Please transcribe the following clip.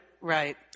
right